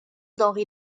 d’henri